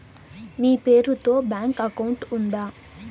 మీ పేరు తో bank account ఉందా?